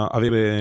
avere